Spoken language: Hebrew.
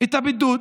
את הבידוד